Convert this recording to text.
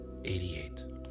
88